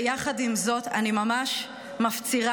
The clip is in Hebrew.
ויחד עם זאת אני ממש מפצירה